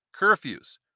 Curfews